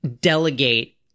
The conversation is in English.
delegate